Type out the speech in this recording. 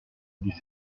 dix